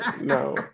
No